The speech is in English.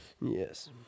yes